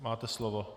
Máte slovo.